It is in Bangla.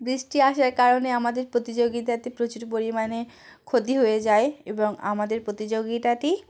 বৃষ্টি আসার কারণে আমাদের প্রতিযোগিতাতে প্রচুর পরিমাণে ক্ষতি হয়ে যায় এবং আমাদের প্রতিযোগিতাটি